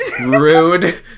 rude